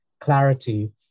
clarity